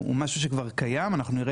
אנחנו מנסים